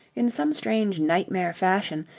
in some strange nightmare fashion,